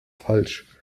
falsch